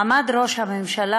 עמד ראש הממשלה,